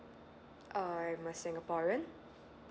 uh I am a singaporean